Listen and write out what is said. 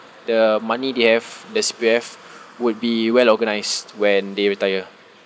the money they have the C_P_F would be well organised when they retire